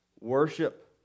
Worship